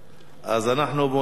אז אנחנו מאותה משפחה.